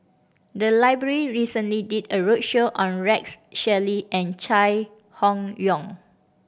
the library recently did a roadshow on Rex Shelley and Chai Hon Yoong